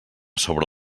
sobre